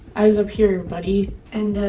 eyes up here, buddy and ah,